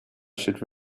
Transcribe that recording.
should